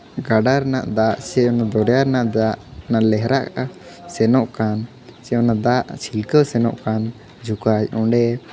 ᱜᱟᱰᱟ ᱨᱮᱱᱟᱝ ᱫᱟᱜ ᱥᱮ ᱫᱚᱨᱭᱟ ᱨᱮᱱᱟᱜ ᱫᱟᱜ ᱚᱱᱟ ᱞᱮᱦᱨᱟᱜᱼᱟ ᱥᱮᱱᱚᱜ ᱠᱟᱱ ᱪᱮ ᱚᱱᱟ ᱫᱟᱜ ᱪᱷᱤᱞᱠᱟᱹᱣ ᱥᱮᱱᱚᱜ ᱠᱟᱱ ᱡᱚᱠᱷᱟᱡ ᱚᱸᱰᱮ